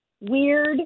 weird